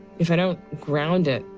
if i don't ground it,